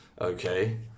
Okay